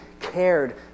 cared